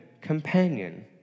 companion